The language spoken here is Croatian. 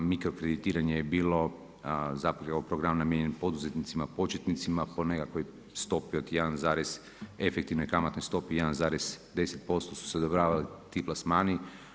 Mikrokreditiranje je bilo zapravo ovaj program namijenjen poduzetnicima početnicima po nekakvoj stopi efektivne kamatne stope 1,10% su se odobravali ti plasmani.